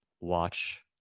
watch